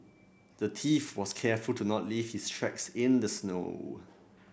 the thief was careful to not leave his tracks in the snow